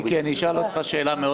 מיקי, אני אשאל אותך שאלה מאוד פשוטה.